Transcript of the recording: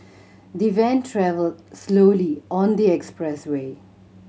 the van travelled slowly on the expressway